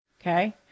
okay